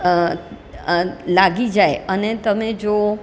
લાગી જાય અને તમે જો